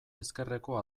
ezkerreko